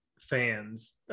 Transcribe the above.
fans